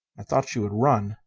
i thought she would run,